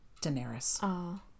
Daenerys